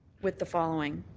with the following,